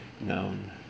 known